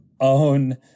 own